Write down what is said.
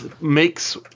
makes